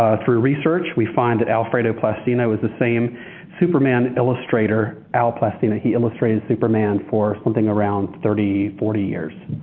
through research we find that alfredo plastino is the same superman illustrator, al plastino. he illustrated superman for something around thirty, forty years.